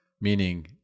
meaning